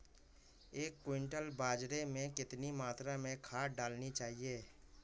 एक क्विंटल बाजरे में कितनी मात्रा में खाद डालनी चाहिए?